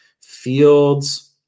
Fields